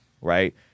right